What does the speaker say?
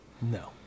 No